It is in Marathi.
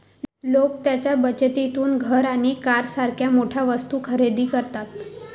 लोक त्यांच्या बचतीतून घर आणि कारसारख्या मोठ्या वस्तू खरेदी करतात